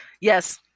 Yes